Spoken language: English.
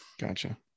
Gotcha